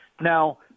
Now